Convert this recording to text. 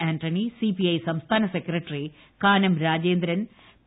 ആന്റണി സിഫ്റ്റ്ഐ സംസ്ഥാന secretary Kanam Rajendran P